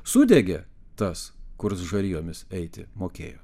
sudegė tas kurs žarijomis eiti mokėjo